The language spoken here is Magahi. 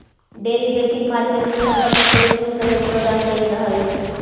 डेरिवेटिव मार्केट में संपत्ति के रूप में सहयोग प्रदान कैल जा हइ